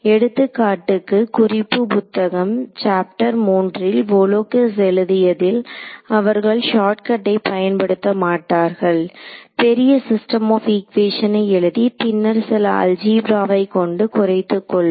எடுத்துக்காட்டுக்கு குறிப்பு புத்தகம் சாப்டர் 3 ல் வோலகிஸ் எழுதியதில் அவர்கள் ஷார்ட்கட்டை பயன்படுத்த மாட்டார்கள் பெரிய சிஸ்டம் ஆப் ஈகுவேஷனை எழுதி பின்னர் சில அல்ஜீப்ராவை கொண்டு குறைத்துக் கொள்வர்